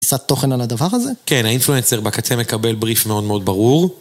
תפיסת תוכן על הדבר הזה? כן, האינפלואנסר בקצה מקבל בריף מאוד מאוד ברור.